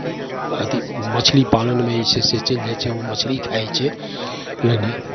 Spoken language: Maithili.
अथी मछली पालनमे जे छै से चलि जाइ छै ओ मछली खाइ छै नइ नइ